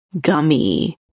gummy